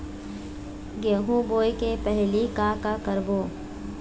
गेहूं बोए के पहेली का का करबो?